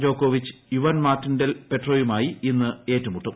ജോക്കോവിച്ച് Juan Martin del പെട്രോയുമായി ഇന്ന് ഏറ്റുമുട്ടും